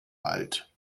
alt